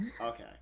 Okay